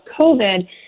COVID